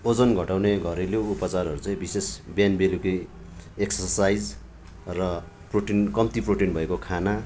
वजन घटाउने घरेलु उपचारहरू चाहिँ विशेष बिहान बेलुकी एक्सर्साइज र प्रोटिन कम्ती प्रोटिन भएको खाना